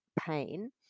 pain